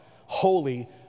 holy